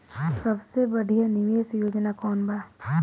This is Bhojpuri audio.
सबसे बढ़िया निवेश योजना कौन बा?